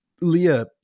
Leah